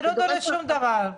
זה לא דורש שום דבר,